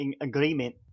agreement